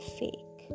fake